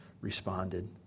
responded